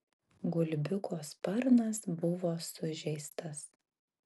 gulbiuko sparnas buvo sužeistas